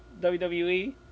WWE